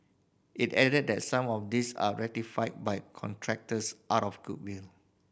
it added that some of these are rectified by contractors out of goodwill